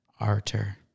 Arter